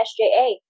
SJA